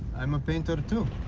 i'm a painter, too.